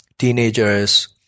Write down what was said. teenagers